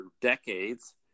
decades